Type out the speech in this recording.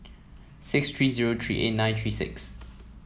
six three zero three eight nine three six